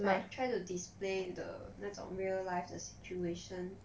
like try to display the 那种 real life 的 situation